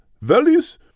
valleys